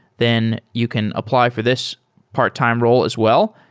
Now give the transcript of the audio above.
then you can apply for this part-time role as well.